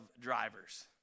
drivers